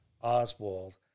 Oswald